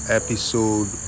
episode